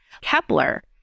kepler